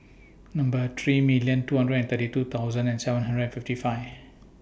three million two hundred and thirty two thousand and seven hundred and fifty five